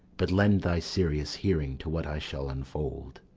but lend thy serious hearing to what i shall unfold.